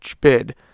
bid